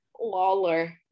Lawler